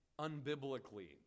unbiblically